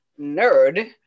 nerd